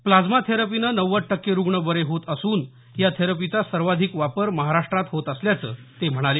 plasma थेरपीनं नव्वद टक्के रुग्ण बरे होत असून या थेरपीचा सर्वाधिक वापर महाराष्ट्रात होत असल्याचं ते म्हणाले